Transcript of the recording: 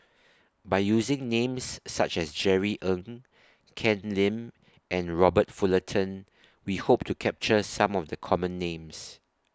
By using Names such as Jerry Ng Ken Lim and Robert Fullerton We Hope to capture Some of The Common Names